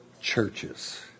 churches